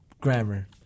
grammar